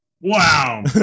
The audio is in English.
Wow